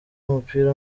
w’umupira